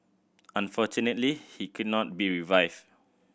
unfortunately he could not be revived